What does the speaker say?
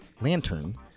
lantern